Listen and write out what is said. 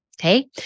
Okay